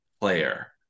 player